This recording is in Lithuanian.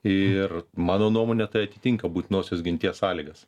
ir mano nuomone tai atitinka būtinosios ginties sąlygas